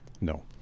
No